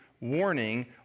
warning